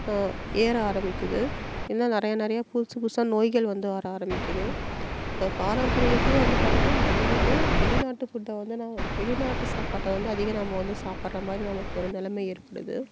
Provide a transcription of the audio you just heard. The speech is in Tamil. ஏற ஆரம்பிக்குது இன்னும் நிறைய நிறைய புதுசு புதுசாக நோய்கள் வந்து வர ஆரம்பிக்குது இப்போ பாரம்பரியத்தை வந்து பார்த்திங்கன்னா மறந்துட்டு வெளிநாட்டு ஃபுட்டை வந்து வெளிநாட்டு சாப்பாட்டை வந்து அதிகம் நாம் வந்து சாப்பிட்ற மாதிரி நமக்கு ஒரு நிலமை ஏற்படுது